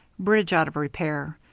bridge out of repair.